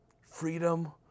Freedom